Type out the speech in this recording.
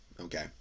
Okay